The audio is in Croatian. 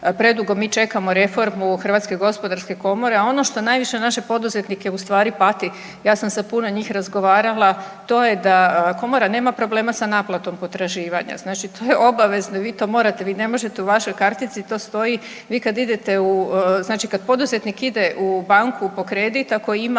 predugo mi čekamo reformu Hrvatske gospodarske komore, a ono što najviše naše poduzetnike u stvari pati, ja sam sa puno njih razgovarala. To je da Komora nema problema sa naplatom potraživanja. Znači to je obavezno i vi to morate, vi ne možete u vašoj kartici to stoji. Vi kad idete, znači kad poduzetnik ide u banku po kredit ako ima